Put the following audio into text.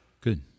Good